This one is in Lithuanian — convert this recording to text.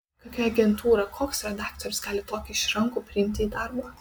kokia agentūra koks redaktorius gali tokį išrankų priimti į darbą